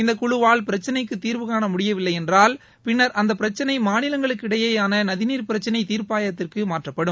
இந்த குழுவால் பிரச்சினைக்கு தீர்வுகாண முடியவில்லையென்றால் பின்னர் அந்த பிரச்சினை மாநிலங்களுக்கு இடையேயான நதிநீர் பிரச்சினை தீர்ப்பாயத்திற்கு மாற்றப்படும்